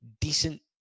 Decent